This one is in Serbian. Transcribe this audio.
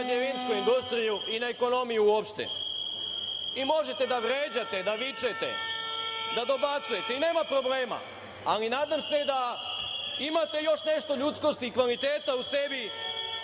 i na građevinsku industriju i na ekonomiju uopšte. Možete da vređate, da vičete, da dobacujete, nema problema, ali nadam se da imate još nešto ljudskosti i kvaliteta u sebi,